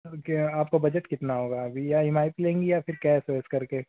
okay आपका budget कितना होगा अभी या ई एम आई पर लेंगी या फिर कैस वेस करके